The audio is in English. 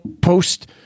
post